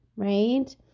Right